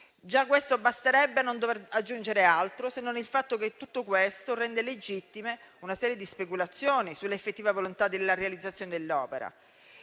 Già questo basterebbe a non dover aggiungere altro, se non il fatto che tutto ciò rende legittime una serie di speculazioni sull'effettiva volontà di realizzare l'opera.